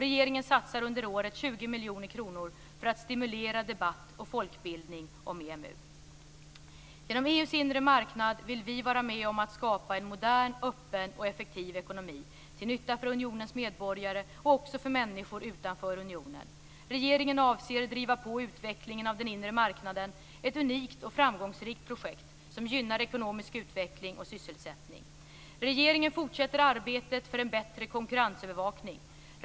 Regeringen satsar under året 20 Genom EU:s inre marknad vill vi vara med om att skapa en modern, öppen och effektiv ekonomi - till nytta för unionens medborgare, och också för människor utanför unionen. Regeringen avser driva på utvecklingen av den inre marknaden, ett unikt och framgångsrikt projekt, som gynnar ekonomisk utveckling och sysselsättning. Regeringen fortsätter arbetet för en bättre konkurrensövervakning.